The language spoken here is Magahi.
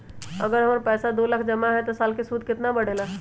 अगर हमर पैसा दो लाख जमा है त साल के सूद केतना बढेला?